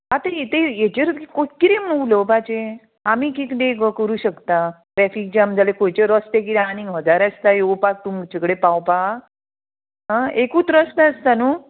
आतां हे ते हेचेर कितें उलोवपाचें आमी कितें गो करूं शकता ट्रॅफीक जॅम जाल्यार खंयचे रस्ते किदें आनीक हजार रस्त्या येवपाक तुमचे कडे पावपा आं एकूत रस्तो आसता न्हू